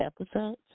episodes